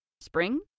Spring